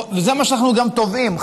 וזה מה שאנחנו גם תובעים,